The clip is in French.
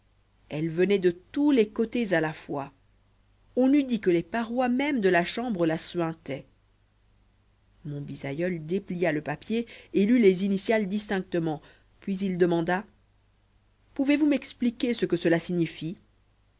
elle venait de tous les côtés à la fois on eut dit que les parois même de la chambre la suintaient mon bisaïeul déplia le papier et lut les initiales distinctement puis il demanda pouvez-vous m'expliquer ce que cela signifie